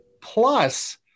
Plus